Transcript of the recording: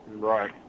Right